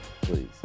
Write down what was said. please